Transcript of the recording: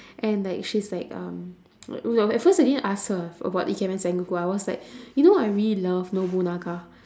and like she's like um at first I didn't ask her about ikemen sengoku I was like you know I really love nobunaga